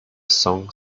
song